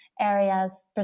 areas